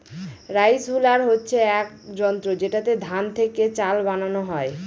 rice huller হচ্ছে এক যন্ত্র যেটাতে ধান থেকে চাল বানানো হয়